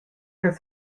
che